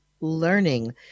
learning